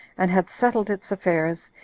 and had settled its affairs,